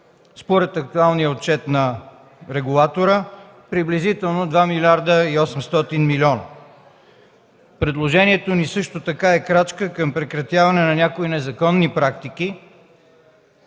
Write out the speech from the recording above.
според актуалния отчет на регулатора приблизително 2 млрд. 800 милиона. Предложението ни също така е крачка към прекратяване на някои незаконни практики,